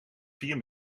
vier